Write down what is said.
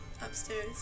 upstairs